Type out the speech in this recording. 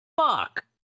fuck